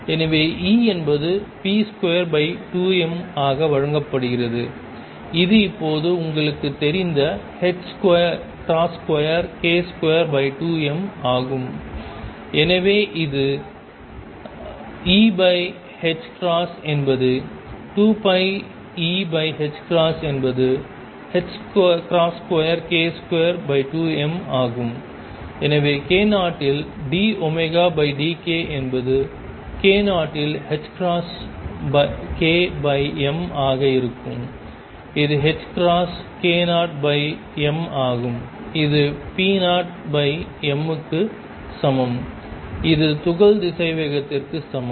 எனவே E என்பது p22m ஆக வழங்கப்படுகிறது இது இப்போது உங்களுக்கு தெரிந்த 2k22m ஆகும் எனவே இது E என்பது 2πEhஎன்பது 2k22m ஆகும் எனவே k0 இல் dωdk என்பது k0 இல் ℏkm ஆக இருக்கும் இது k0m ஆகும் இது p0m க்கு சமம் இது துகள் திசைவேகத்திற்கு சமம்